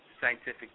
scientific